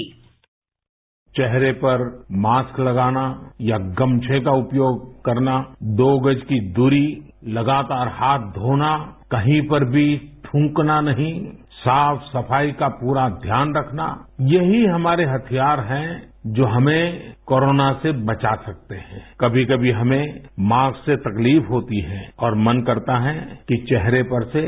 sound बाई चेहरे पर उों लगाना या गमछे का उपयोग करना दो गज की दूरी लगातार हाथ धोना कहीं पर भी थूकना नहीं साफ सफाई का पूरा ध्यान रखना यही हमारे हथियार हैं जो हमें कोरोना से बचा सकते हैं द्य कभी कभी हमें उों से तकलीफ होती है और मन करता है कि चेहरे पर से जें